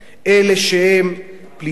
אלה שהם פליטים,